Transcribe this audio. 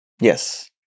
Yes